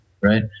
right